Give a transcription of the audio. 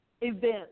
event